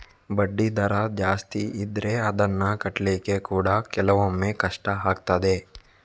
ಬಡ್ಡಿ ದರ ಜಾಸ್ತಿ ಇದ್ರೆ ಅದ್ನ ಕಟ್ಲಿಕ್ಕೆ ಕೂಡಾ ಕೆಲವೊಮ್ಮೆ ಕಷ್ಟ ಆಗ್ತದೆ